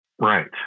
right